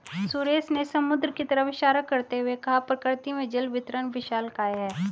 सुरेश ने समुद्र की तरफ इशारा करते हुए कहा प्रकृति में जल वितरण विशालकाय है